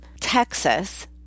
Texas